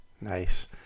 Nice